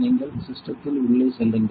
நீங்கள் சிஸ்டத்தில் உள்ளே செல்லுங்கள்